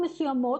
מסוימות,